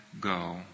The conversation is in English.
go